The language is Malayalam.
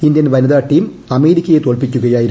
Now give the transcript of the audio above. ഇന്ത്യൻ വനിതാ ടീം അമേരിക്കയെ തോല്പിക്കുകയായിരുന്നു